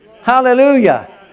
Hallelujah